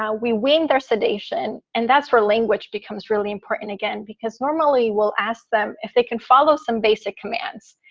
ah we win their sedation. and that's where language becomes really important again, because normally we'll ask them if they can follow some basic commands.